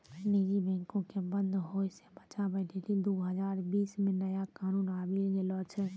निजी बैंको के बंद होय से बचाबै लेली दु हजार बीस मे नया कानून आबि गेलो छै